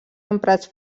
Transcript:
emprats